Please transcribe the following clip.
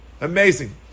Amazing